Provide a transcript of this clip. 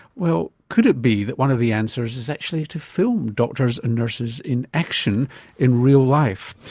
well, could it be that one of the answers is actually to film doctors and nurses in action in real life?